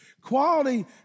Quality